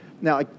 Now